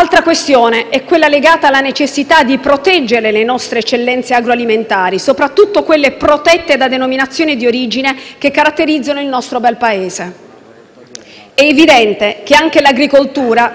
È evidente che anche l'agricoltura sia scontando gli effetti negativi della globalizzazione, soprattutto per quello che concerne la contraffazione dei nostri beni e oggi più che mai è urgente